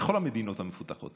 בכל המדינות המפותחות.